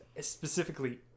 specifically